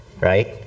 right